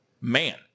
man